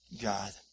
God